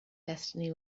destiny